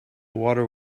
water